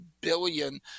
billion